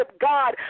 God